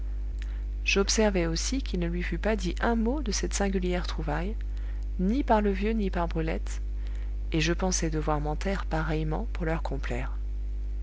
j'observai aussi qu'il ne lui fut pas dit un mot de cette singulière trouvaille ni par le vieux ni par brulette et je pensai devoir m'en taire pareillement pour leur complaire